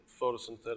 photosynthetic